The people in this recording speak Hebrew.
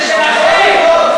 זה שלכם.